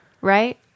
right